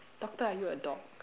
doctor are you a dog